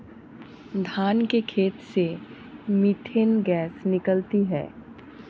धान के खेत से मीथेन गैस निकलती है